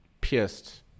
pierced